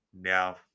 Now